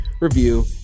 review